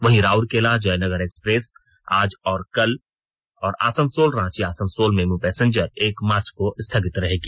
वहीं राउरकेला जयनगर एक्सप्रेस आज और कल और आसनसोल रांची आसनसोल मेमू पैसेंजर एक मार्च को स्थगित रहेगी